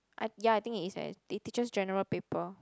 I yeah I think it is eh it teaches general paper